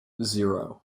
zero